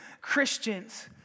Christians